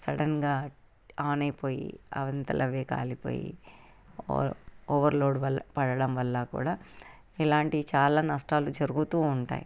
సడెన్గా ఆనైపోయి వాటంతట అవే కాలిపోయి ఓవ ఓవర్ లోడ్ వల్ల పడడం వల్ల కూడా ఇలాంటి చాలా నష్టాలు జరుగుతూ ఉంటాయి